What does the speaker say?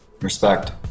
Respect